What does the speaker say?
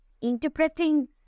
interpreting